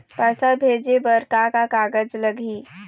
पैसा भेजे बर का का कागज लगही?